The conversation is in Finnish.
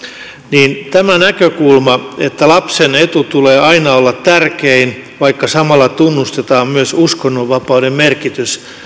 niin on tämä näkökulma että lapsen edun tulee aina olla tärkein vaikka samalla tunnustetaan myös uskonnonvapauden merkitys